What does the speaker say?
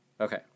Okay